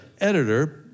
editor